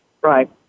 Right